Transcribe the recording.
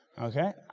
okay